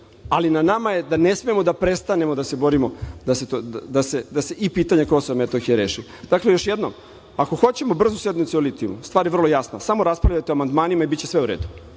ali na nama je da ne smemo da prestanemo da se borimo da se i pitanje Kosova i Metohije reši. Još jednom. Ako hoćemo brzu sednicu o litijumu, stvar je vrlo jasna. Samo raspravljajte o amandmanima i biće sve uredu.